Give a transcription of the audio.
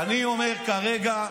אני אומר כרגע,